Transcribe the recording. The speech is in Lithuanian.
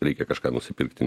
reikia kažką nusipirkti